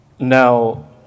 Now